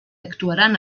actuaran